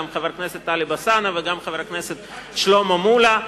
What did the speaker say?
גם חבר הכנסת טלב אלסאנע וגם חבר הכנסת שלמה מולה.